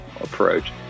approach